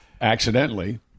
accidentally